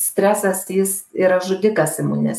stresas jis yra žudikas imuninės